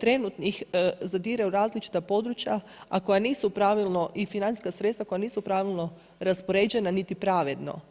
trenutnih zadiru u različita područja, a koja nisu pravilno i financijska sredstva koja nisu pravilno raspoređena niti pravedno.